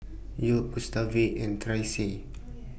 York Gustave and Tressie